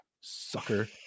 Sucker